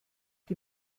die